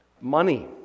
Money